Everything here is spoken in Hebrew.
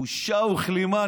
בושה וכלימה.